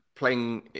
playing